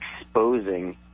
exposing